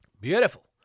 Beautiful